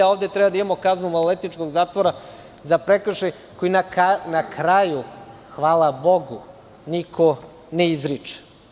Ovde treba da imamo kaznu maloletničkog zatvora za prekršaj koji na kraju, hvala Bogu, niko ne izriče.